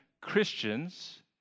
Christians